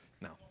No